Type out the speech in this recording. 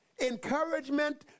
encouragement